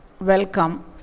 Welcome